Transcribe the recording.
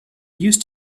used